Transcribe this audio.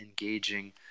engaging